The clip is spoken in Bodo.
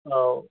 औ